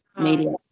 media